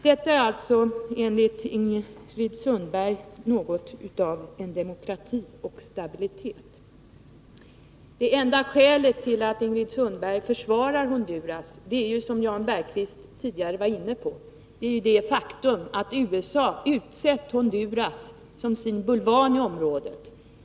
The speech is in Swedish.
Det är om detta land som Ingrid Sundberg använder orden demokrati och stabilitet. Det enda skälet till att Ingrid Sundberg försvarar Honduras är, som Jan Bergqvist tidigare var inne på, det faktum att USA har utsett Honduras till sin bulvan i området.